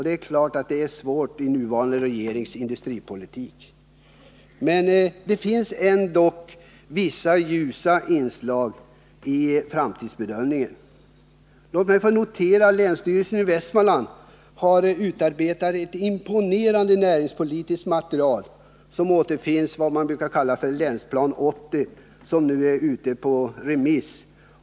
Det är klart att det är svårt med nuvarande regerings industripolitik. Men det finns ändå vissa ljusa inslag i framtidsbilden. Länsstyrelsen i Västmanland har utarbetat ett imponerande näringspolitiskt material som återfinns i den s.k. Länsplanering 80, som nu är ute på remiss.